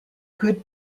good